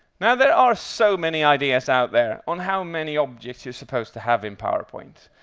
now, there are so many ideas out there on how many objects you're supposed to have in powerpoint,